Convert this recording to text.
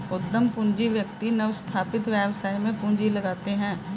उद्यम पूंजी व्यक्ति नवस्थापित व्यवसाय में पूंजी लगाते हैं